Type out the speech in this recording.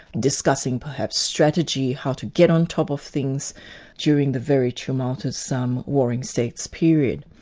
discussing perhaps strategy, how to get on top of things during the very tumultuous um warring states period.